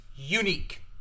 Unique